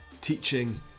teaching